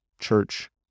church